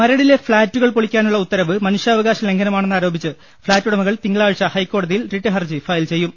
മരടിലെ ഫ്ളാറ്റുകൾ പൊളിക്കാനുള്ള ഉത്തരവ് മനുഷ്യാവ കാശ ലംഘനമാണെന്നാരോപിച്ച് ഫ്ളാറ്റ് ഉടമകൾ തിങ്കളാഴ്ച ഹൈക്കോടതിയിൽ റിട്ട് ഹർജി ഫയൽ ചെയ്യും